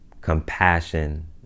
compassion